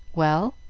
well,